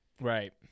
right